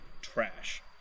Trash